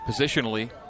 positionally